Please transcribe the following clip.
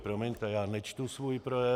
Promiňte, já nečtu svůj projev.